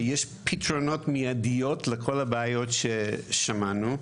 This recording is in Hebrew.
יש פתרונות מיידיים לכל הבעיות ששמענו.